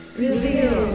reveal